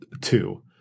two